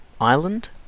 island